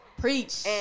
preach